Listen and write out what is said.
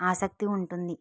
ఆసక్తి ఉంటుంది